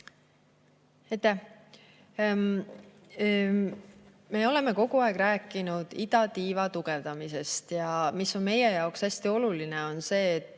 Me oleme kogu aeg rääkinud idatiiva tugevdamisest. Meie jaoks on hästi oluline see, et